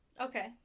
Okay